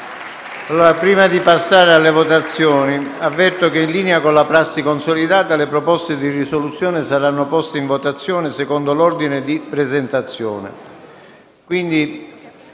Prima di passare alle votazioni, avverto che, in linea con una prassi consolidata, le proposte di risoluzione saranno poste ai voti secondo l'ordine di presentazione.